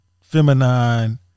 feminine